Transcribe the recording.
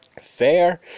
Fair